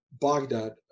Baghdad